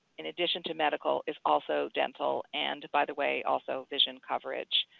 in addition to medical is also dental, and by the way, also vision coverage.